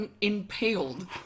impaled